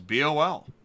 bol